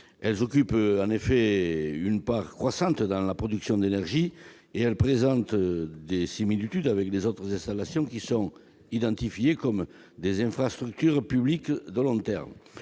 Elles occupent en effet une part croissante dans la production d'énergie et présentent des similitudes avec d'autres installations identifiées comme des infrastructures publiques de long terme.